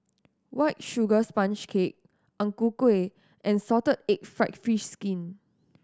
White Sugar Sponge Cake Ang Ku Kueh and salted egg fried fish skin